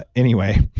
ah anyway.